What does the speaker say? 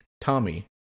Tommy